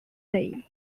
day